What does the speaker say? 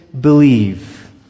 believe